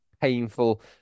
painful